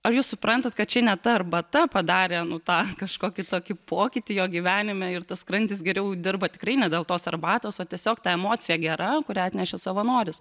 ar jūs suprantat kad čia ne ta arbata padarė nu tą kažkokį tokį pokytį jo gyvenime ir tas skrandis geriau dirba tikrai ne dėl tos arbatos o tiesiog ta emocija gera kurią atnešė savanoris